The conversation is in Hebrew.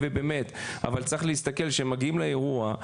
אבל צריך להסתכל כשמגיעים לאירוע,